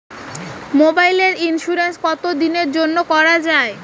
মোবাইলের ইন্সুরেন্স কতো দিনের জন্যে করা য়ায়?